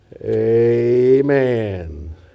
Amen